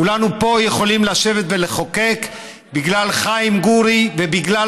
כולנו פה יכולים לשבת ולחוקק בגלל חיים גורי ובגלל